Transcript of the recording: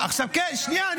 כן, שנייה, אני